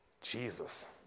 Jesus